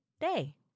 day